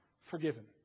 forgiven